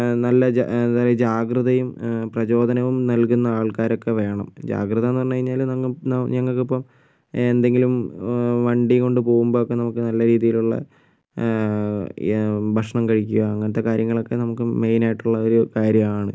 നല്ല ജാ ജാഗ്രതയും പ്രചോദനവും നൽകുന്ന ആൾക്കാരൊക്കെ വേണം ജാഗ്രത എന്ന് പറഞ്ഞുകഴിഞ്ഞാല് ന ഞങ്ങൾക്ക് ഇപ്പം എന്തെങ്കിലും വ വണ്ടി കൊണ്ടുപോകുമ്പോഴൊക്കെ നമുക്ക് നല്ല രീതിയിലുള്ള ഭക്ഷണം കഴിക്കുക അങ്ങനത്തെ കാര്യങ്ങളൊക്കെ നമുക്ക് മെയിൻ ആയിട്ടുള്ള ഒരു കാര്യമാണ്